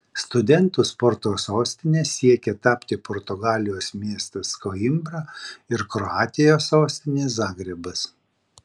studentų sporto sostine siekia tapti portugalijos miestas koimbra ir kroatijos sostinė zagrebas